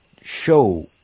show